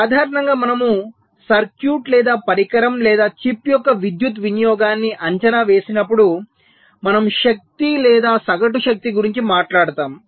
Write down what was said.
సాధారణంగా మనము సర్క్యూట్ లేదా పరికరం లేదా చిప్ యొక్క విద్యుత్ వినియోగాన్ని అంచనా వేసినప్పుడు మనము శక్తి లేదా సగటు శక్తి గురించి మాట్లాడుతాము